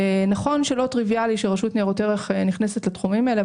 נכון שלא טריביאלי שרשות ניירות ערך נכנסת לתחומים האלה,